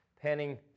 panning